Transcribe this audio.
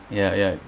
ya ya